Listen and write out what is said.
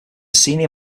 senior